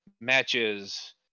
matches